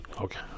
Okay